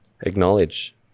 acknowledge